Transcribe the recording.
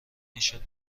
نیشت